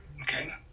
Okay